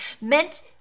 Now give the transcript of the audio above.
meant